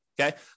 Okay